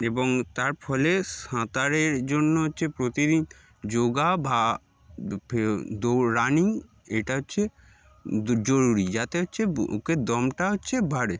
এবং তার ফলে সাঁতারের জন্য হচ্ছে প্রতিদিন যোগা বা দৌ রানিং এটা হচ্ছে জরুরি যাতে হচ্ছে ওকে দমটা হচ্ছে ভড়ে